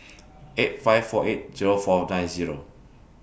eight five four eight Zero four nine Zero